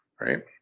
right